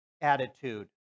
attitude